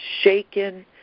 shaken